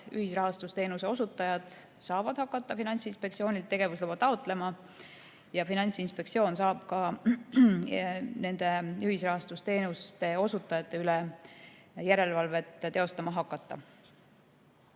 ühisrahastusteenuse osutajad saavad hakata Finantsinspektsioonilt tegevusluba taotlema ja Finantsinspektsioon saab ka ühisrahastusteenuse osutajate üle järelevalvet teostama hakata. Samuti